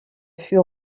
fut